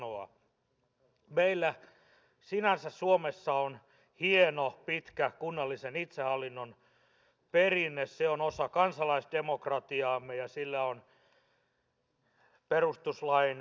sinänsä meillä suomessa on hieno pitkä kunnallisen itsehallinnon perinne se on osa kansalaisdemokratiaamme ja sillä on perustuslain suoja